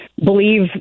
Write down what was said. believe